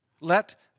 Let